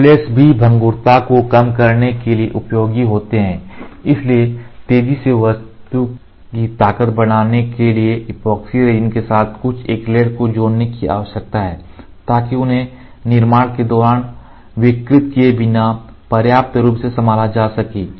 acrylates भी भंगुरता को कम करने के लिए उपयोगी होते हैं इसलिए तेजी से वस्तु की ताकत बनाने के लिए ऐपोक्सी रेजिन के साथ कुछ एक्रिलेट को जोड़ने की आवश्यकता है ताकि उन्हें निर्माण के दौरान विकृत किए बिना पर्याप्त रूप से संभाला जा सके